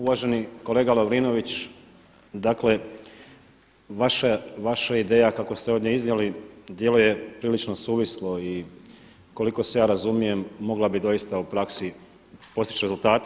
Uvaženi kolega Lovrinović, dakle vaša ideja kako ste ovdje iznijeli djeluje prilično suvislo i koliko se ja razumijem mogla bi doista u praksi postići rezultate.